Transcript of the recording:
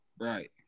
Right